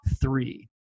three